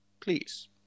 please